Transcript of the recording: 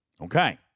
okay